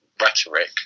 rhetoric